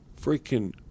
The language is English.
freaking